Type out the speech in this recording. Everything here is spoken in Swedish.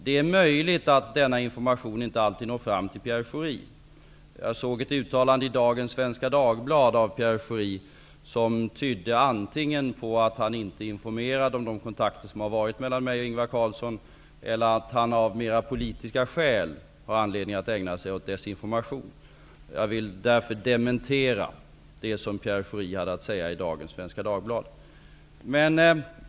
Det är möjligt att denna information inte alltid når fram till Pierre Schori. Jag såg ett uttalande i dagens nummer av Svenska Dagbladet som tydde antingen på att han inte är informerad om de kontakter som har förekommit mellan mig och Ingvar Carlsson eller på att han av politiska skäl har anledning att ägna sig åt desinformation. Jag vill därför dementera det som Pierre Schori hade att säga i dagens nummer av Svenska Dagbladet.